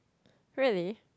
really